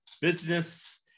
business